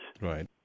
Right